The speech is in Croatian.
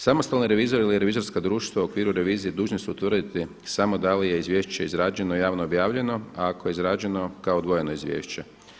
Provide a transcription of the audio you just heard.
Samostalni revizori ili revizorska društva u okviru revizije dužni su utvrditi samo da li je izvješće izrađeno i javno objavljeno, a ako je izrađeno kao odvojeno izvješće.